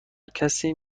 کسی